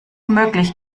möglich